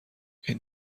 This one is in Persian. این